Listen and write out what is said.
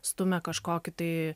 stumia kažkokį tai